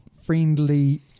friendly